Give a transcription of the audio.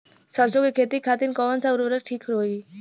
सरसो के खेती खातीन कवन सा उर्वरक थिक होखी?